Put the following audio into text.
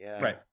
Right